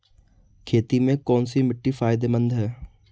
खेती में कौनसी मिट्टी फायदेमंद है?